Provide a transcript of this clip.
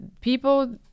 people